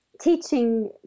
teaching